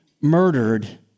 murdered